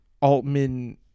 altman